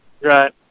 Right